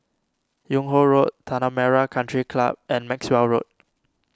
Yung Ho Road Tanah Merah Country Club and Maxwell Road